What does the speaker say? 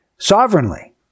Sovereignly